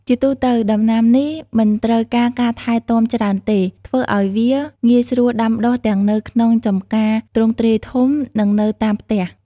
ជាទូទៅ ដំណាំនេះមិនត្រូវការការថែទាំច្រើនទេ ធ្វើឱ្យវាងាយស្រួលដាំដុះទាំងនៅក្នុងចំការទ្រង់ទ្រាយធំ និងនៅតាមផ្ទះ។